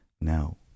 Now